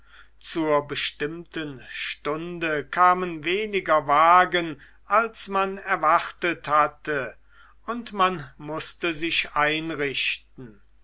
zur bestimmten stunde kamen weniger wagen als man erwartet hatte und man mußte sich einrichten